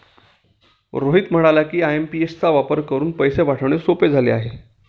रोहित म्हणाला की, आय.एम.पी.एस चा वापर करून पैसे पाठवणे सोपे झाले आहे